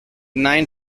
nine